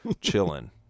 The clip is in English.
chilling